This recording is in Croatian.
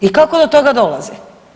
I kako do toga dolaze.